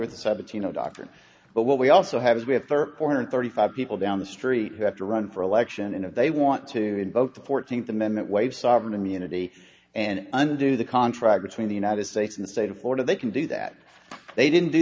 with the seventeen zero doctrine but what we also have is we have thirty four hundred thirty five people down the street who have to run for election and if they want to invoke the fourteenth amendment waive sovereign immunity and undo the contract between the united states and the state of florida they can do that they didn't do